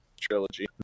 trilogy